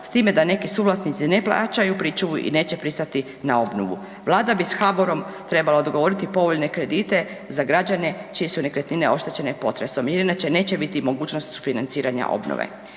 s time da neki suvlasnici ne plaćaju pričuvu i neće pristati na obnovu. Vlada bi s HBOR-om trebala dogovoriti povoljne kredite za građane čije su nekretnine oštećene potresom ili inače neće biti mogućnosti financiranja obnove.